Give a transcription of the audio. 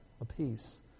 apiece